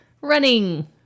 Running